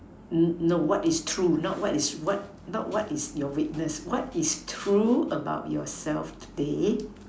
no what is true not what is what not what is your weakness what is true about yourself today